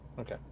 okay